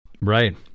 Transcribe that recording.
Right